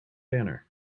banner